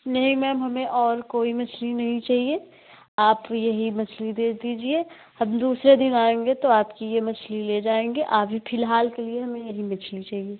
नहीं मैम हमें और कोई मछली नहीं चाहिए आप यही मछली दे दीजिए हम दूसरे दिन आएँगे तो आपकी यह मछली ले जाएँगे अभी फ़िलहाल के लिए हमें यही मछली चाहिए